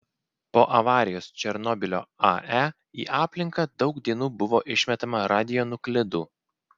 po avarijos černobylio ae į aplinką daug dienų buvo išmetama radionuklidų